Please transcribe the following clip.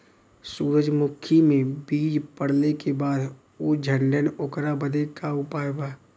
सुरजमुखी मे बीज पड़ले के बाद ऊ झंडेन ओकरा बदे का उपाय बा?